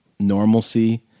normalcy